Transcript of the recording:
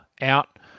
out